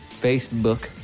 Facebook